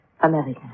American